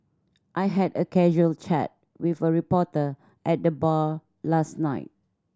I had a casual chat with a reporter at the bar last night